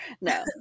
No